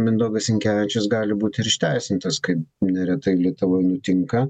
mindaugas sinkevičius gali būt ir išteisintas kaip neretai lietuvoj nutinka